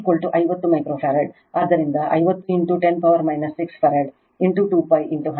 ಆದ್ದರಿಂದ 50 10 power 6 farad 2π 100